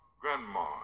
grandma